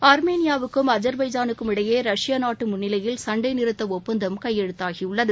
ஆர்மேனியாவுக்கும் அஜர்பைஜனுக்கும் இடையே ரஷ்யா நாட்டு முன்னிலையில் சண்டை நிறுத்த ஒப்பந்தம் கையெமுத்தாகியுள்ளது